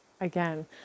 Again